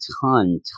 ton